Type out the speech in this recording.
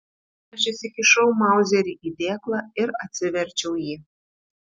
aš įsikišau mauzerį į dėklą ir atsiverčiau jį